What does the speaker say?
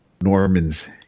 Norman's